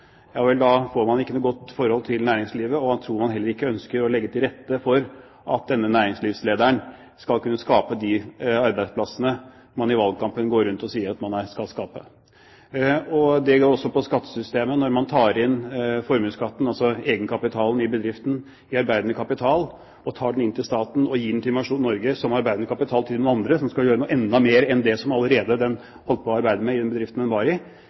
får man ikke noe godt forhold til næringslivet, og man tror at man heller ikke ønsker å legge til rette for at denne næringslivslederen skal kunne skape de arbeidsplassene man i valgkampen gikk rundt og sa at man skulle skaffe. Det går også på skattesystemet. Man tar inn formuesskatten, altså egenkapitalen, i bedriften som arbeidende kapital, tar den inn til staten og gir den til nasjonen Norge som arbeidende kapital for noen andre som skal gjøre noe enda mer enn det som den allerede har gjort i den bedriften den var i.